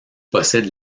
possède